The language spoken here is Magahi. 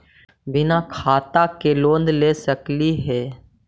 बिना खाता के लोन ले सकली हे?